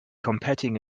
competing